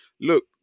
look